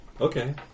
Okay